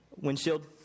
windshield